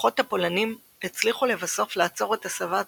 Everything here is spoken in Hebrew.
הכוחות הפולנים הצליחו לבסוף לעצור את הצבא הסובייטי,